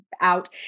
out